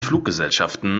fluggesellschaften